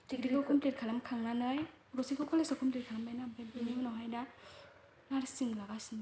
दिग्रीखौ complete खालामखांनानै गसाइगाव कलेजाव complete खालामबायना ओमफ्राय बेनि उनावहाय दा नार्सिं लागासिनो